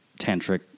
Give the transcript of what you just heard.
tantric